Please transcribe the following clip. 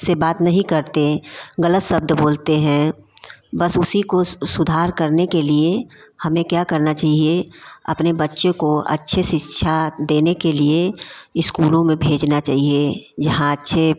से बात नहीं करते गलत शब्द बोलते हैं बस उसी को उस सुधार करने के लिए हमें क्या करना चाहिए अपने बच्चे को अच्छे शिक्षा देने के लिए स्कूलों में भेजना चाहिए जहाँ अच्छे